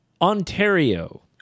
Ontario